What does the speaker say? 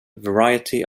variety